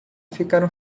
ficaram